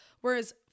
Whereas